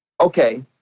Okay